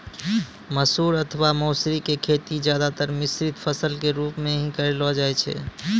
मसूर अथवा मौसरी के खेती ज्यादातर मिश्रित फसल के रूप मॅ हीं करलो जाय छै